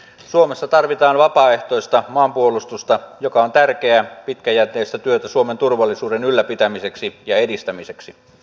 suomessa tarvitaan vapaaehtoista maanpuolustusta joka on tärkeää pitkäjänteistä työtä suomen turvallisuuden ylläpitämiseksi ja edistämiseksi